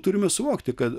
turime suvokti kad